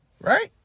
right